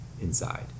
inside